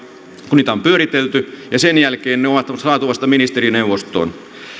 kun niitä on pyöritelty ja sen jälkeen ne on saatu vasta ministerineuvostoon